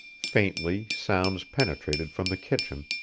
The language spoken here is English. faintly sounds penetrated from the kitchen,